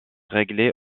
réglé